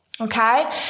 Okay